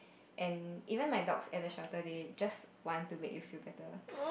and even like dogs at the shelter they just want to make you feel better